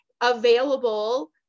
available